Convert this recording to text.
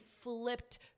flipped